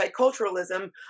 multiculturalism